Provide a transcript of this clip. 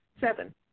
Seven